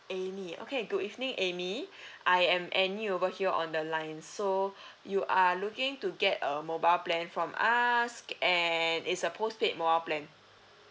amy okay good evening amy I am annie over here on the line so you are looking to get a mobile plan from us and it's a postpaid mobile plan